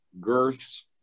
girths